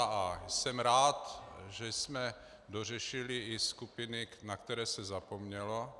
a) Jsem rád, že jsme dořešili i skupiny, na které se zapomnělo.